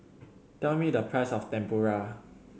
tell me the price of Tempura